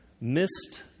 missed